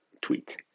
tweet